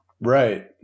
Right